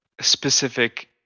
specific